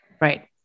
Right